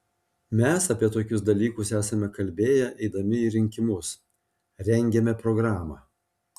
mes apie tokius dalykus esame kalbėję eidami į rinkimus rengėme programą